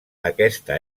aquesta